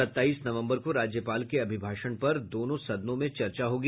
सत्ताईस नवंबर को राज्यपाल के अभिभाषण पर दोनों सदनों में चर्चा होगी